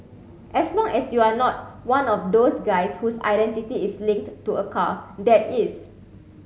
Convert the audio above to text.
as long as you're not one of those guys whose identity is linked to a car that is